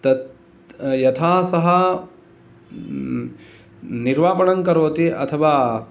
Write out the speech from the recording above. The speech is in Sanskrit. तत् यथा सः निर्वापणङ्करोति अथवा